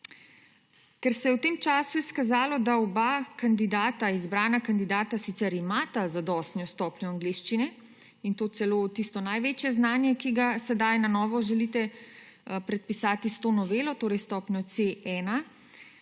Ker se je v tem času izkazalo, da oba izbrana kandidata sicer imata zadostno stopnjo angleščine in to celo tisto največje znanje, ki ga sedaj na novo želite predpisati s to novelo, torej stopnjo C1,